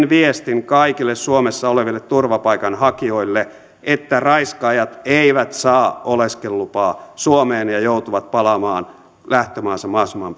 viestin kaikille suomessa oleville turvapaikanhakijoille että raiskaajat eivät saa oleskelulupaa suomeen ja joutuvat palaamaan lähtömaahansa mahdollisimman